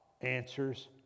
answers